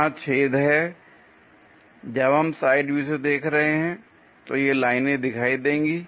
यहां छेद हैं जब हम साइड व्यू से देख रहे हैं तो ये लाइनें दिखाई देंगी